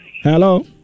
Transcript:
Hello